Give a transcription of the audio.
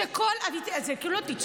אני לא יודעת אם לצחוק,